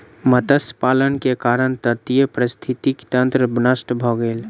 मत्स्य पालन के कारण तटीय पारिस्थितिकी तंत्र नष्ट भ गेल